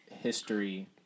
history